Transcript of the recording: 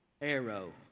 arrow